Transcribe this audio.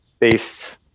based